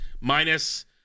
minus